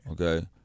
Okay